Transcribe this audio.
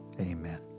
amen